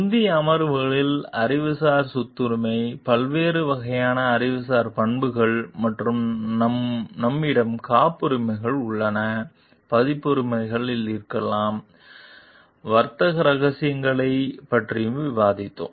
முந்தைய அமர்வுகளில் அறிவுசார் சொத்துரிமை பல்வேறு வகையான அறிவுசார் பண்புகள் மற்றும் நம்மிடம் காப்புரிமைகள் உள்ளன பதிப்புரிமை இருக்கலாம் வர்த்தக ரகசியங்களைப் பற்றியும் விவாதித்தோம்